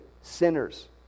sinners